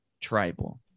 tribal